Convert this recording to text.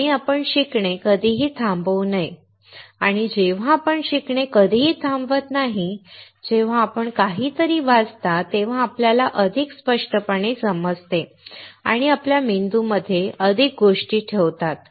आणि आपण शिकणे कधीही थांबवू नये आणि जेव्हा आपण शिकणे कधीही थांबवत नाही जेव्हा आपण काहीतरी वाचता तेव्हा आपल्याला अधिक स्पष्टपणे समजते आणि आपल्या मेंदूमध्ये अधिक गोष्टी ठेवतात